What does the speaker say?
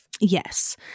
Yes